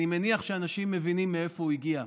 אני מניח שאנשים מבינים מאיפה הוא הגיע.